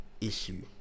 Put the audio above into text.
issue